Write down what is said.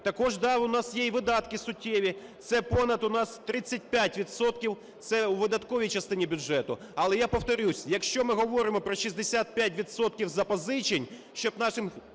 Також, да, у нас є і видатки суттєві. Це понад у нас 35 відсотків, це у видатковій частині бюджету. Але я повторюся, якщо ми говоримо про 65 відсотків запозичень, щоб нашим